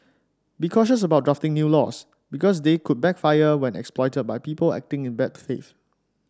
be cautious about drafting new laws because they could backfire when exploited by people acting in bad faith